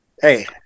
Hey